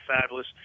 fabulous